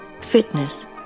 Fitness